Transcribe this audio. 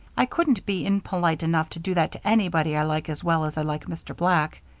i couldn't be impolite enough to do that to anybody i like as well as i like mr. black.